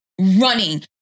running